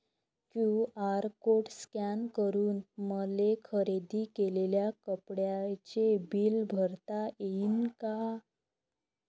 QR code scan करून मले खरेदी केलेल्या कापडाचे बिल भरता यीन का?